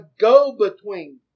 go-between